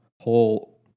whole